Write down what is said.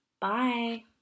Bye